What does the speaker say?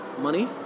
Money